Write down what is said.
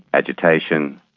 agitation,